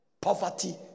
Poverty